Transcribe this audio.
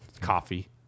Coffee